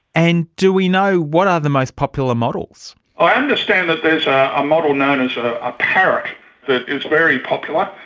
and do we know, what are the most popular models? i understand that there is ah a model known as a parrot that is very popular.